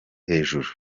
hejuru